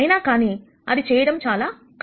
అయినా కానీ అది చేయడం కష్టం